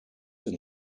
een